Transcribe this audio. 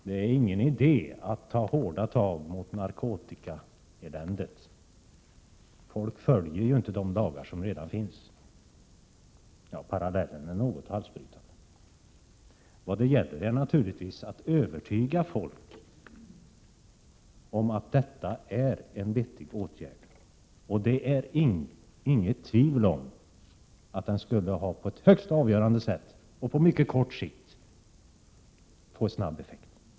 Det är ingen idé att ta hårdare tag mot narkotikaeländet-— folk följer ju inte de lagar som redan finns. Ja, parallellen är något halsbrytande. Vad det gäller är naturligtvis att övertyga folk om att detta är en vettig åtgärd. Det råder inget tvivel om att en sådan åtgärd på ett högst avgörande sätt och på mycket kort sikt skulle få snabb effekt.